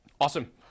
Awesome